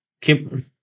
Kim